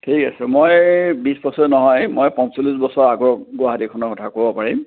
ঠিক আছে মই বিছ পঁচিছ নহয় মই পঞ্চল্লিছ বছৰৰ আগৰ গুৱাহাটীখনৰ কথা ক'ব পাৰিম